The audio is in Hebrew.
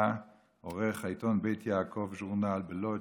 היה עורך העיתון "בית יעקב ז'ורנל" בלודג',